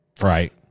Right